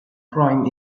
prime